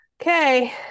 Okay